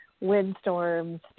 windstorms